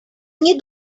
nie